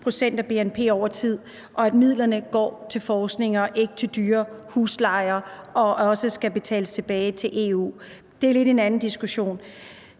pct. af bnp over tid, og at midlerne gik til forskning og ikke til dyre huslejer eller tilbagebetalinger til EU, men det er lidt en anden diskussion.